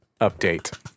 update